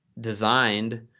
designed